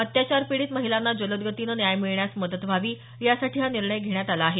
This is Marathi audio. अत्याचारपीडित महिलांना जलद गतीने न्याय मिळण्यास मदत व्हावी यासाठी हा निर्णय घेण्यात आला आहे